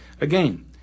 Again